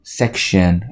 section